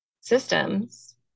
systems